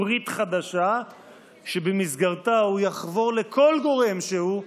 ברית חדשה שבמסגרתה הוא יחבור לכל גורם שהוא,